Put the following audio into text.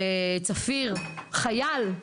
וצפיר שהוא חייל,